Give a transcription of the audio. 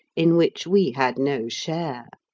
in which we had no share?